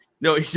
No